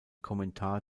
kommentar